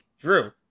Drew